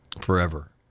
forever